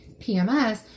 PMS